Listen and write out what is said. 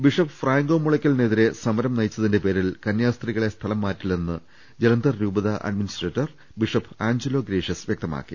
bishop Franco മുളയ്ക്കലിനെതിരെ സമരം നയിച്ചതിന്റെ പേരിൽ കന്യാസ്ത്രീകളെ സ്ഥലം മാറ്റില്ലെന്ന് ജലന്ധർ രൂപത അഡ്മിനിസ്ട്രേറ്റർ ബിഷപ് ആഞ്ചലോ ഗ്രേഷ്യസ് വൃക്തമാ ക്കി